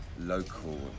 Local